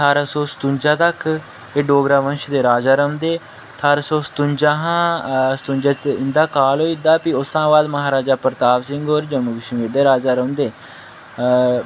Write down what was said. ठारां सौ सतुन्जा तक एह् डोगरा वंश दे राजा रौह्ंदे ठारां सौ सतुन्जा हा सतुन्जा च इं'दा काल होई दा ते उस्सां बाद च म्हाराजा प्रताप सिंह होर जम्मू कश्मीर दे राजा रौह्ंदे अ